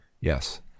yes